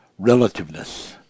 relativeness